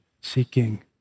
seeking